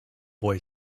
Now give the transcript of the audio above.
boy